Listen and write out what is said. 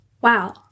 wow